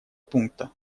пункта